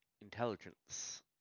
intelligence